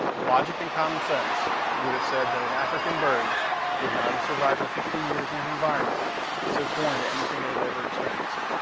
logic and common sense would have said that an african bird would not have survived for fifteen years in an environment so foreign to anything it had ever experienced.